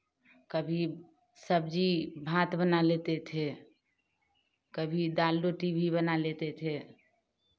कभी सब्जी भात बना लेते थे कभी दाल रोटी भी बना लेते थे